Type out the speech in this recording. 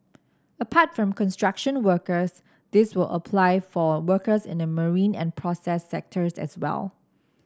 apart from construction workers this will apply for workers in the marine and process sectors as well